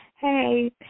Hey